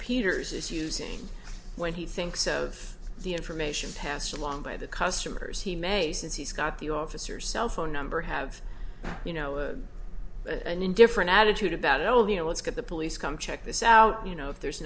peters is using when he thinks of the information passed along by the customers he may since he's got the officer cell phone number have you know an indifferent attitude about all of you know let's get the police come check this out you know if there's